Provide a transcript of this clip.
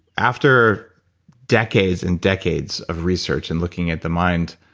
after decades and decades of research, and looking at the mind,